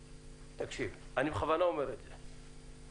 תקשיב, אני בכוונה אומר את זה: